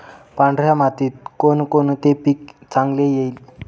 पांढऱ्या मातीत कोणकोणते पीक चांगले येईल?